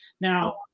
Now